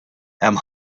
hemm